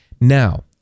Now